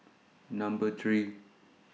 Number three